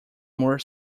more